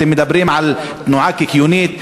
אתם מדברים על תנועה קיקיונית?